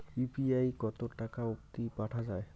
UPI কতো টাকা অব্দি পাঠা যায়?